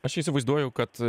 aš įsivaizduoju kad